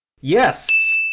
Yes